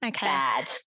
bad